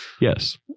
Yes